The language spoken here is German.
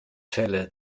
fälle